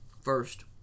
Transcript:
first